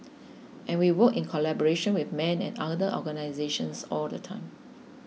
and we work in collaboration with men and other organisations all the time